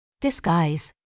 Disguise